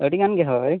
ᱟᱹᱰᱤᱜᱟᱱ ᱜᱮ ᱦᱳᱭ